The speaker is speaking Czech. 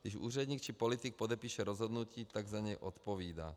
Když úředník či politik podepíše rozhodnutí, tak za něj odpovídá.